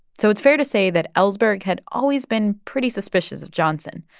so it's fair to say that ellsberg had always been pretty suspicious of johnson,